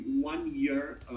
one-year